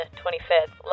25th